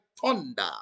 thunder